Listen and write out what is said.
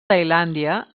tailàndia